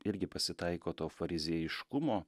irgi pasitaiko to fariziejiškumo